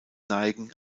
neigen